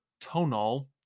Tonal